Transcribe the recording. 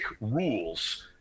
rules